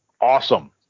Awesome